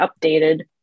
updated